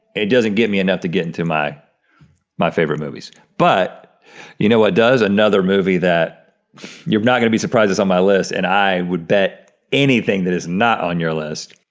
it doesn't get me enough to get into my my favorite movies. but you know what does? another movie that you're not gonna be surprised it's on my list, and i would bet anything that is not on your list.